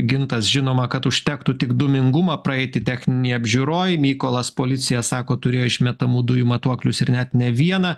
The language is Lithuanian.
gintas žinoma kad užtektų tik dūmingumą praeiti techninėj apžiūroj mykolas policija sako turėjo išmetamų dujų matuoklius ir net ne vieną